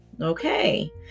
Okay